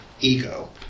ego